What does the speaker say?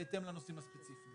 בהתאם לנושאים הספציפיים.